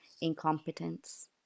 incompetence